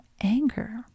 anger